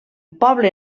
poble